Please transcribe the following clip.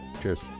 Cheers